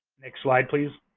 next slide, please.